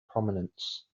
prominence